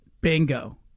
bingo